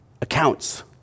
accounts